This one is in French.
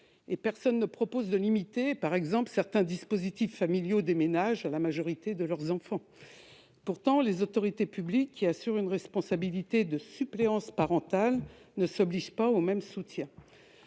et personne ne propose de limiter ces dispositifs familiaux à la majorité des enfants. Et pourtant, les autorités publiques, qui assurent une responsabilité de suppléance parentale, ne s'obligent pas au même soutien.